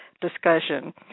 discussion